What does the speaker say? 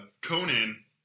Conan